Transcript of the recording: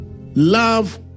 love